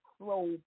slow